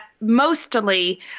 mostly